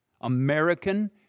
American